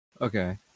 Okay